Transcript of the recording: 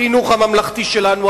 החינוך הממלכתי שלנו,